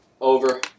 over